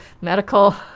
medical